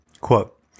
Quote